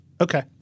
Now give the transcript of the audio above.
Okay